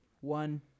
one